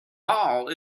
ball